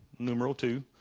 numeral two,